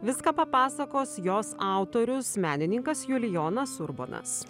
viską papasakos jos autorius menininkas julijonas urbonas